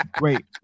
Wait